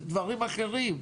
דברים אחרים.